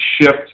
shift